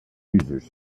users